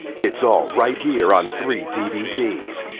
it's all right here, on three dvds.